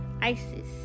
isis